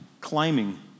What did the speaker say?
climbing